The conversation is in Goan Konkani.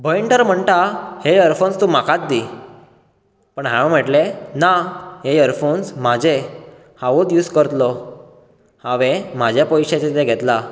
भयण तर म्हणटा हे यरफोन्स तूं म्हाकाच दी पण हांवें म्हटले ना हे यरफोन्स म्हाजे हांवूच यूज करतलो हांवें म्हाज्या पयशांचे ते घेतला